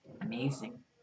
Amazing